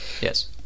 Yes